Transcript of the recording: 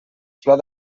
flor